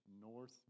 North